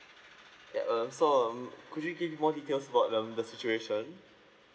yup um so um could you give me more details about um the situation